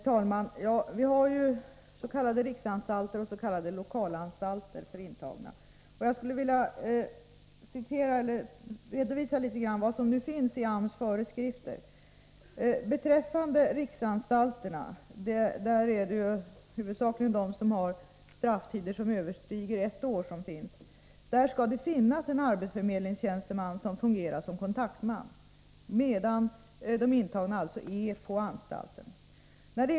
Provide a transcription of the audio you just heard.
Herr talman! Jag skulle vilja redovisa vad som nu står i AMS föreskrifter. Vi har s.k. riksanstalter och s.k. lokalanstalter för intagna. När det gäller riksanstalterna — där finns huvudsakligen intagna med strafftider som överstiger ett år — skall det finnas en arbetsförmedlingstjänsteman som fungerar som kontaktman, medan de intagna är på anstalten.